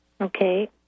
Okay